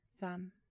thumb